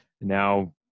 Now